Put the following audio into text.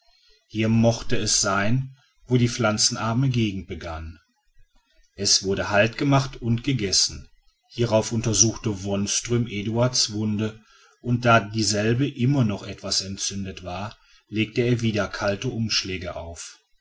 hier mochte es sein wo die pflanzenarme gegend begann es wurde halt gemacht und gegessen hierauf untersuchte wonström eduard's wunde und da dieselbe immer noch etwas entzündet war legte er wieder kalte umschläge auf